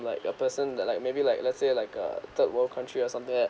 like a person that like maybe like let's say like a third world country or something that